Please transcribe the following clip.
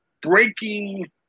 breaking